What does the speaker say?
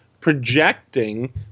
projecting